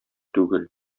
түгел